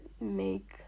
make